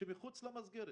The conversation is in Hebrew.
שמחוץ למסגרת.